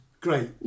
great